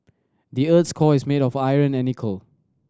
the earth's core is made of iron and nickel